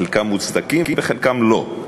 חלקם מוצדקים וחלקם לא,